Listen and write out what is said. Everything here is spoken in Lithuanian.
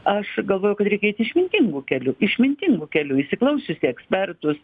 aš galvoju kad reikia eiti išmintingu keliu išmintingu keliu įsiklausius į ekspertus